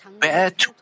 bad